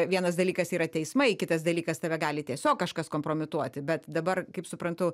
vienas dalykas yra teismai kitas dalykas tave gali tiesiog kažkas kompromituoti bet dabar kaip suprantu